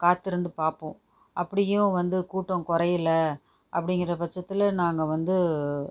காத்திருந்து பார்ப்போம் அப்படியும் வந்து கூட்டம் குறையுல அப்படிங்கிற பச்சத்தில் நாங்கள் வந்து